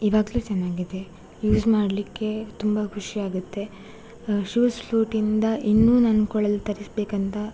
ಇವಾಗಲು ಚೆನ್ನಾಗಿದೆ ಯೂಸ್ ಮಾಡಲಿಕ್ಕೆ ತುಂಬ ಖುಷಿಯಾಗತ್ತೆ ಶಿವಾಸ್ ಫ್ಲೂಟಿಂದ ಇನ್ನು ನನ್ನ ಕೊಳಲು ತರಿಸಬೇಕಂತ